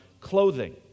clothing